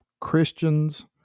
Christians